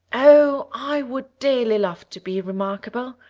oh, i would dearly love to be remarkable.